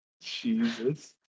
Jesus